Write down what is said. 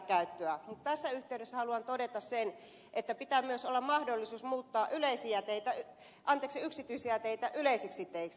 mutta tässä yhteydessä haluan todeta sen että pitää myös olla mahdollisuus muuttaa yksityisiä teitä yleisiksi teiksi